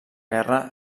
guerra